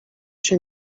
się